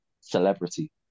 celebrity